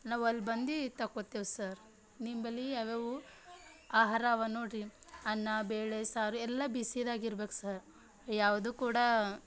ನಾವು ಅಲ್ಲಿ ಬಂದು ತಕೋತ್ತೇವೆ ಸರ್ ನಿಂಬಲ್ಲಿ ಯಾವ್ಯಾವು ಆಹಾರವ ನೋಡಿರಿ ಅನ್ನ ಬೇಳೆಸಾರು ಎಲ್ಲ ಬಿಸಿದಾಗ ಇರ್ಬೇಕು ಸರ್ ಯಾವುದು ಕೂಡ